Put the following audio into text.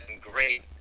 great